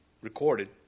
recorded